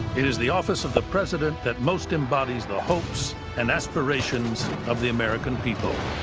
it is the office of the president that most embodies the hopes and aspirations of the american people.